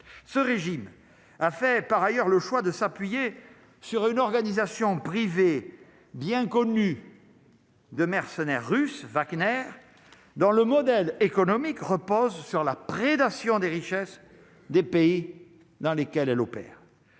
ce régime a fait par ailleurs le choix de s'appuyer sur une organisation privée bien connue de mercenaires russes Wagner dans le modèle économique repose sur la prédation des richesses des pays dans lesquels elle opère